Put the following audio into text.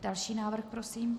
Další návrh prosím.